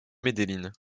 medellín